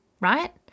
right